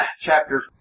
chapter